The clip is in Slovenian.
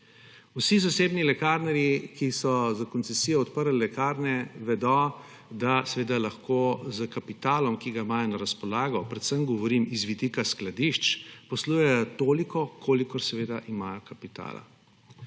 Vsi zasebni lekarnarji, ki so s koncesijo odprli lekarne, vedo, da seveda lahko s kapitalom, ki ga imajo na razpolago, predvsem govorim iz vidika skladišč, poslujejo toliko, kolikor seveda imajo kapitala.